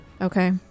Okay